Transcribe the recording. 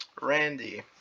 Randy